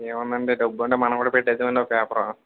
ఏం ఉందండి డబ్బు ఉంటే మనం కూడా పెట్టేద్దుం అండి ఒక పేపరు